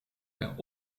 per